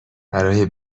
برای